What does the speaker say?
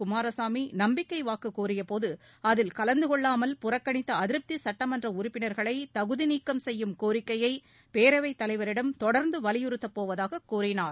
குமாரசாமி நம்பிக்கை வாக்கு கோரியபோது அதில் கலந்து கொள்ளாமல் புறக்கணித்த அதிருப்தி சுட்டமன்ற உறுப்பினர்களை தகுதிநீக்கம் செய்யும் கோரிக்கையை பேரவைத் தலைவரிடம் தொடர்ந்து வலியுறுத்தப் போவதாக கூறினார்